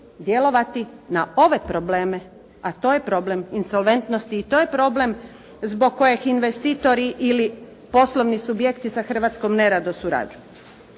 djelovati na ove probleme, a to je problem insolventnosti i to je problem zbog kojeg investitori ili poslovni subjekti sa Hrvatskom nerado surađuju.